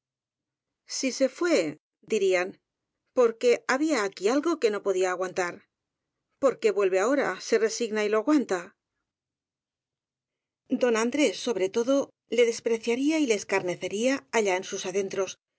si se fué dirían porque había aquí algo que no podía aguantar por qué vuelve ahora se resigna y lo aguanta don andrés sobre todo le despreciaría y le es carnecería allá en sus adentros